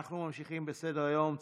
אנחנו ממשיכים בסדר-היום.